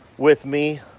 with me